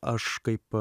aš kaip